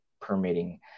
permitting